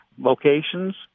locations